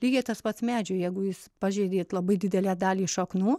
lygiai tas pats medžių jeigu jūs pažeidėt labai didelę dalį šaknų